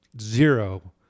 zero